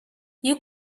you